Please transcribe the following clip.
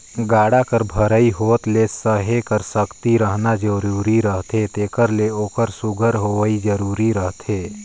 गाड़ा कर भरई होत ले सहे कर सकती रहना जरूरी रहथे तेकर ले ओकर सुग्घर होवई जरूरी रहथे